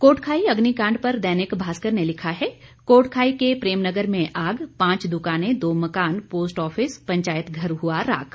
कोटखाई अग्निकांड पर दैनिक भास्कर ने लिखा है कोटखाई के प्रेम नगर में आग पांच दुकानें दो मकान पोस्ट ऑफिस पंचायत घर हुआ राख